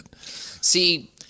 See